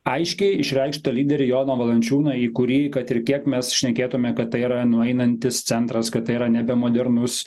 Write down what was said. aiškiai išreikštą lyderį joną valančiūną į kurį kad ir kiek mes šnekėtume kad tai yra nueinantis centras kad tai yra nebemodernus